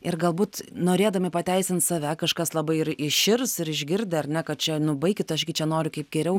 ir galbūt norėdami pateisint save kažkas labai ir įširs ir išgirdę ar ne kad čia nu baikit aš gi čia noriu kaip geriau